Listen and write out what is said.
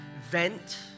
vent